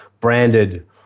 branded